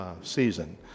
Season